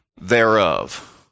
thereof